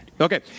Okay